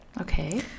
Okay